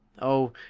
oh,